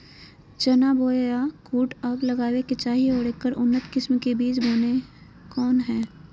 चना बोया बुट कब लगावे के चाही और ऐकर उन्नत किस्म के बिज कौन है?